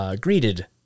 greeted